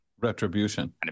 Retribution